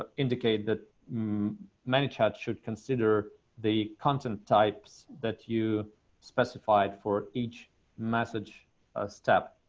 ah indicate that manychat should consider the content types that you specified for each message ah step